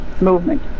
movement